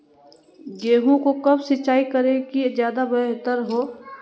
गेंहू को कब सिंचाई करे कि ज्यादा व्यहतर हो?